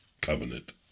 covenant